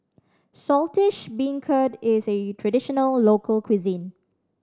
Saltish Beancurd is a traditional local cuisine